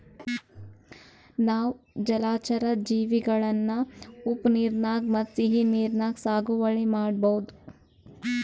ನಾವ್ ಜಲಚರಾ ಜೀವಿಗಳನ್ನ ಉಪ್ಪ್ ನೀರಾಗ್ ಮತ್ತ್ ಸಿಹಿ ನೀರಾಗ್ ಸಾಗುವಳಿ ಮಾಡಬಹುದ್